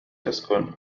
تسكن